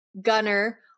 Gunner